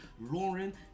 Lauren